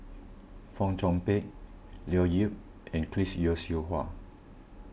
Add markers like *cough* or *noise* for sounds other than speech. *noise* Fong Chong Pik Leo Yip and Chris Yeo Siew Hua